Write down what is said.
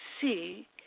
see